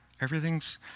Everything's